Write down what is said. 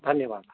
धन्यवादः